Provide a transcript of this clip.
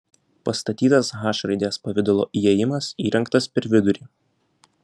pastatytas h raidės pavidalo įėjimas įrengtas per vidurį